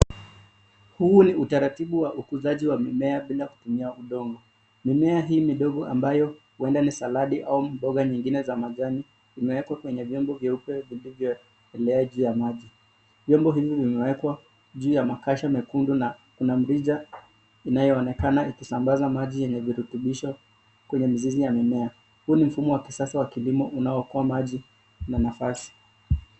Huu ni utaratibu wa ukuzaji wa mimea bila kutumia udongo. Mimea hii midogo ambayo huenda ni saladi au mboga nyingine za majani, imewekwa kwenye vyombo vyeupe vilivyoelea juu ya maji. Vyombo hivi vimewekwa juu ya makasha mekundu na kuna mirija inayoonekana ikisambaza maji yenye virutubisho kwenye mizizi ya mimea. Huu ni mfumo wa kisasa wa kilimo unaookoa maji na nafasi.